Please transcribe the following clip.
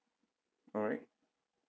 alright